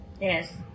Yes